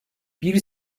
bir